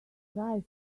guy